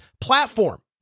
platform